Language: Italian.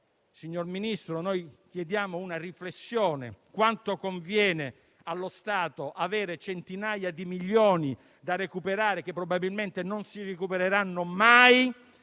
Signor Ministro, noi chiediamo una riflessione: quanto conviene allo Stato avere centinaia di milioni da recuperare - probabilmente non si recupereranno mai